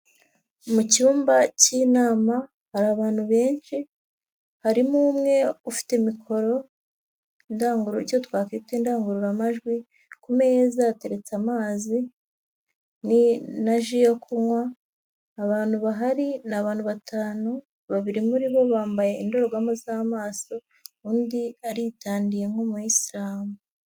Mu cyumba cy'inama, hari abantu benshi, harimo umwe ufite imikoro icyo twakita ndangururugero twafite indangururamajwi, ku meza hateretse amazi na ji yo kunywa, abantu bahari ni abantu batanu, babiri muri bo bambaye indorerwamo z'amaso undi aritandiye nk'umuyisilamu.